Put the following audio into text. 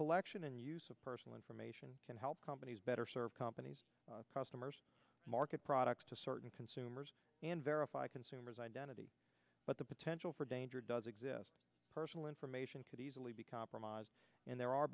collection and use of personal information can help companies better serve company's customer market products to certain consumers and verify consumers identity but the potential for danger does exist personal information could easily be compromised and there are